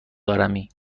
دارمی